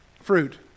Fruit